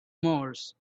moors